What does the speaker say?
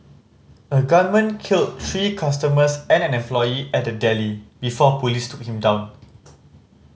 a gunman killed three customers and an employee at the deli before police took him down